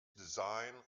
design